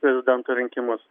prezidento rinkimus